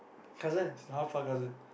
cousin cousin